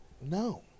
No